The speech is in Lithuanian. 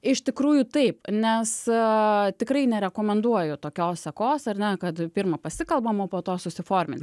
iš tikrųjų taip nes tikrai nerekomenduoju tokios sekos ar ne kad pirma pasikalbama po to suforminam